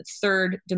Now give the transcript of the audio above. third